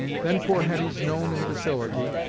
then poor hetty's known imbecility,